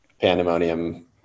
pandemonium